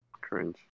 Cringe